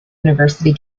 university